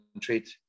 treat